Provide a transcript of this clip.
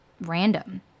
random